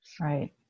right